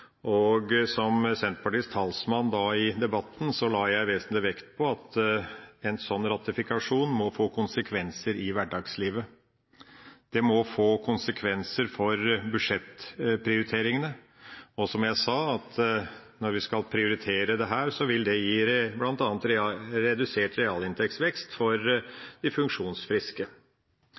fjor. Som Senterpartiets talsmann i debatten den gang la jeg vesentlig vekt på at en slik ratifikasjon må få konsekvenser i hverdagslivet, at det må få konsekvenser for budsjettprioriteringene, og når vi skal prioritere dette, så vil det, som jeg sa, bl.a. gi redusert realinntektsvekst for de funksjonsfriske.